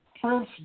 Prince